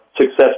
success